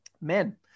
Men